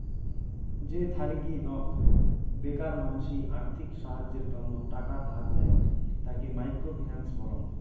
যে থারিগী নক বেকার মানসি আর্থিক সাহায্যের তন্ন টাকা ধার দেয়, তাকে মাইক্রো ফিন্যান্স বলং